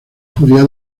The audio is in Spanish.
judía